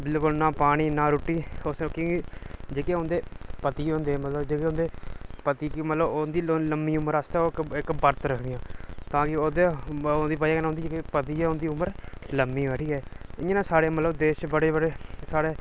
बिलकुल ना पानी ना रुट्टी उस दिन जेह्के उं'दे पति होंदे मतलब जेह्के उंदे पति दी मतलब उं'दे लम्मीं उम्र आस्तै ओह् इक बरत रखदियां तां कि ओह्दी ओह्दे बजहा कन्नै उं'दे जेह्के पति ऐ उं'दी उम्र लम्मी होवै ठीक ऐ इ'यां न सारे मतलब देश च बड़े बड़े साढ़े